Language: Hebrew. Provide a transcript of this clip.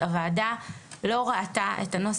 מבין איך זה מתכתב עם שיפור תנאי הרופאים.